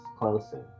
closer